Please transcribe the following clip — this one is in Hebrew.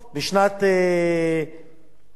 כשאנחנו מדברים על הכסף,